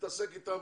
להתעסק איתם